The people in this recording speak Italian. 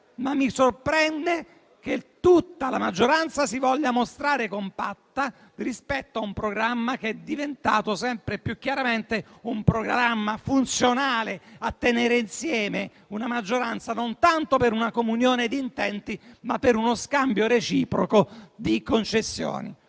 ma mi sorprende che tutta la maggioranza si voglia mostrare compatta rispetto a un programma che è diventato sempre più chiaramente funzionale a tenerla insieme non tanto per una comunione di intenti, ma per uno scambio reciproco di concessioni.